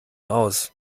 aus